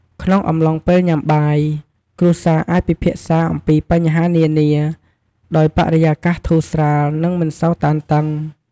ក្នុងអំឡុងពេលញ៉ាំបាយ គ្រួសារអាចពិភាក្សាអំពីបញ្ហានានាដោយបរិយាកាសធូរស្រាល និងមិនសូវតានតឹង។